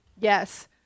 Yes